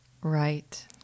Right